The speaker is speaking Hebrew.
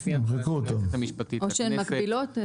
לפי הנחיית היועצת המשפטית לכנסת.